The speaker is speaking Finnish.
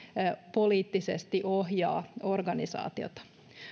poliittisesti ohjaa organisaatiota